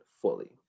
fully